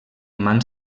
mans